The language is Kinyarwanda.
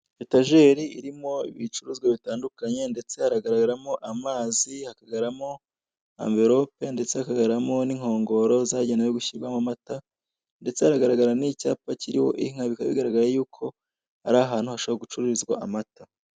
Etajeri irimo ibicuruzwa bitandukanye ndetse haragaragaramo amazi, hakagaragaramo anvelope ndetse hakagaragaramo n'inkongoro zagenewe gushyirwamo amata ndetse haragaragara n'icyapa kiriho inka bikaba bigaragara yuko ari ahantu hashobora gucururizwa amata.